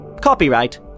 Copyright